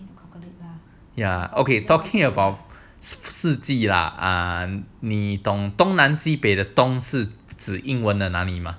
ya okay talking about 四季啦 and 你懂东南西北的东是指英文的那里吗